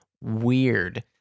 weird